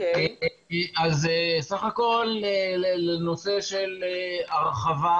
בסך הכול לנושא של הרחבת